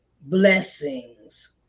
blessings